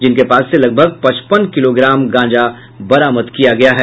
जिनके पास से लगभग पचपन किलोग्राम गांजा बरामद किया गया है